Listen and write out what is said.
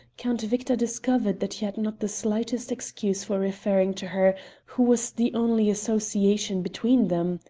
count victor discovered that he had not the slightest excuse for referring to her who was the only association between them!